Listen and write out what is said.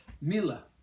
Mila